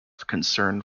concern